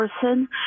person